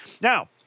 Now